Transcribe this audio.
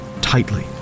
tightly